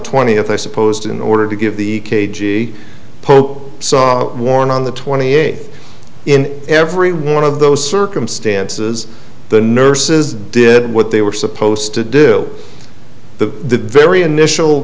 twentieth i supposed in order to give the cagey pope warren on the twenty eighth in every one of those circumstances the nurses did what they were supposed to do the very initial